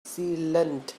sealant